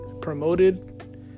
promoted